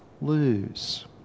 lose